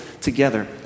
together